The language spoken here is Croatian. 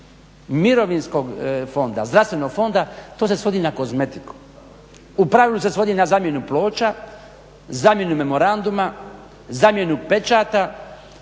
mirovinskog fonda, zdravstvenog fonda to se svodi na kozmetiku. U pravilu se svodi na zamjenu ploča, zamjenu memoranduma, zamjenu pečata